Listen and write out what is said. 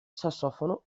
sassofono